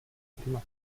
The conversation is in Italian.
prima